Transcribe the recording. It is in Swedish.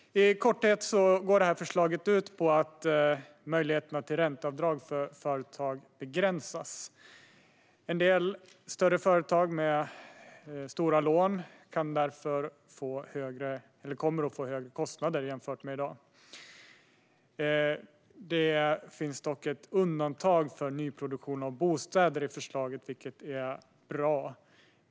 I korthet går förslaget ut på att möjligheterna till ränteavdrag för företag begränsas. En del större företag med stora lån kommer därför att få högre kostnader jämfört med i dag. Det finns dock ett undantag för nyproduktion av bostäder i förslaget, vilket är bra.